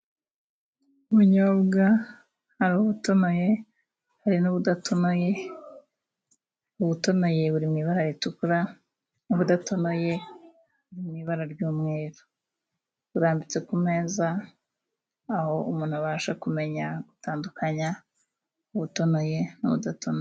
Ubunyobwa ari ubutonoye ari n'ubudatonoye, ubutonoye buri mu ibara ritukura. N'ubudatonoye buri mu ibara ry'umweru. Burarambitse ku meza aho umuntu abasha kumenya gutandukanya ubutonoye n'ubudatonoye.